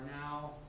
now